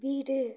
வீடு